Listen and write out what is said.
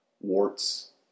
warts